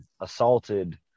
assaulted